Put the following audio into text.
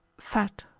fat,